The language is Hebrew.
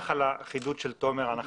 על החידוד של תומר מוסקוביץ'.